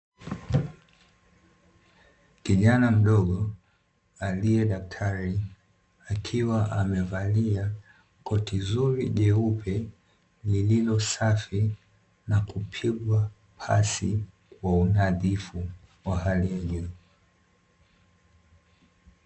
Kijana mdogo aliye daktari akiwa amevalia koti zuri jeupe lililo safi na kupigwa pasi kwa unadhifu wa hali ya juu.